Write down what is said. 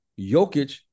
Jokic